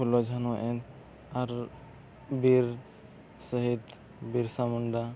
ᱯᱷᱩᱞᱳ ᱡᱷᱟᱱᱳ ᱟᱨ ᱵᱤᱨ ᱥᱚᱦᱤᱫ ᱵᱤᱨᱥᱟ ᱢᱩᱱᱰᱟ